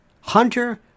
Hunter